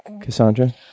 Cassandra